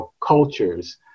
cultures